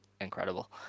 incredible